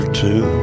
two